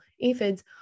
aphids